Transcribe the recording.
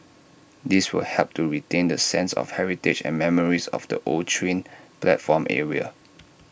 this will help to retain the sense of heritage and memories of the old train platform area